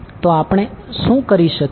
તો આપણે શું કરી શકીએ